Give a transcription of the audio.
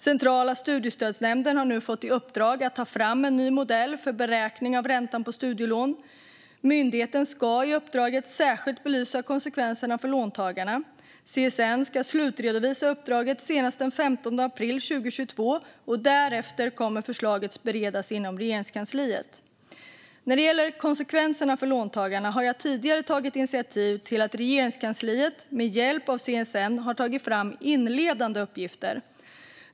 Centrala studiestödsnämnden har nu fått i uppdrag att ta fram en ny modell för beräkning av räntan på studielån. Myndigheten ska i uppdraget särskilt belysa konsekvenserna för låntagarna. CSN ska slutredovisa uppdraget senast den 15 april 2022, och därefter kommer förslaget att beredas inom Regeringskansliet. När det gäller konsekvenserna för låntagarna har jag tidigare tagit initiativ till att Regeringskansliet med hjälp av CSN har tagit fram inledande uppgifter.